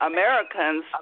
Americans